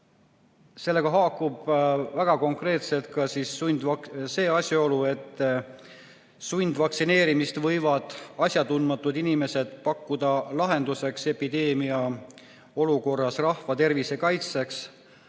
Sellega haakub väga konkreetselt ka see asjaolu, et sundvaktsineerimist võivad asjatundmatud inimesed pakkuda lahenduseks epideemiaolukorras rahvatervise kaitseks.